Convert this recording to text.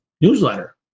newsletter